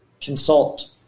consult